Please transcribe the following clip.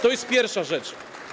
To jest pierwsza rzecz.